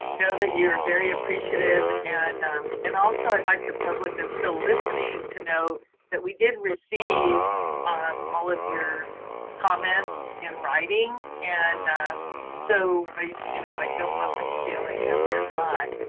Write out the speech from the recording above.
know that you're very appreciative and um and also i'd like the public that's still listening to know that we did receive um all of your comments in writing. and so i, you know, i don't want them feeling that we're not